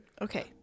Okay